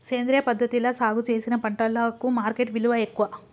సేంద్రియ పద్ధతిలా సాగు చేసిన పంటలకు మార్కెట్ విలువ ఎక్కువ